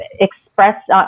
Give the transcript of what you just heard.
express